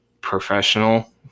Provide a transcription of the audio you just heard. professional